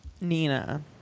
Nina